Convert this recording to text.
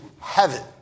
heaven